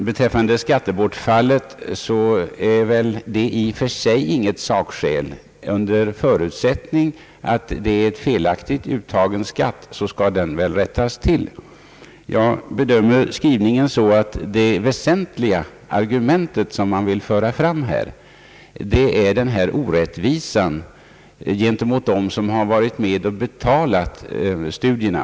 Inte heller skattebortfallet kan anföras som något sakskäl. Om det är fråga om felaktigt uttagen skatt, skall väl det förhållandet rättas till. Jag bedömer utskottets skrivning så att det väsentliga argumentet är orättvisan gentemot dem som varit med och betalat studierna.